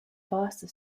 faster